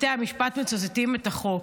בתי המשפט מצטטים את החוק,